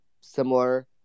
similar